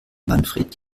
manfred